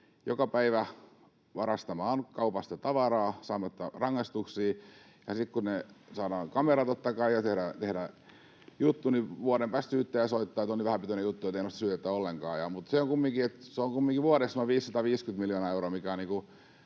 joka päivä varastamaan kaupasta tavaraa saamatta rangaistuksia, ja sitten kun ne saadaan kameraan, totta kai, ja tehdään juttu, niin vuoden päästä syyttäjä soittaa, että on niin vähäpätöinen juttu, että ei nosteta syytettä ollenkaan. Se on kumminkin vuodessa noin 550 miljoonaa euroa,